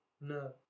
No